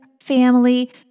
family